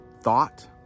thought